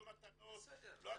לא הטבות,